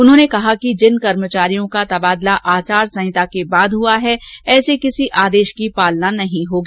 उन्होंने कहा कि जिन कर्मचारियों का तबादला आचारसंहिता के बाद हुआ है ऐसे किसी आदेश की पालना नहीं होगी